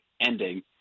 ending